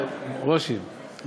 ברושי,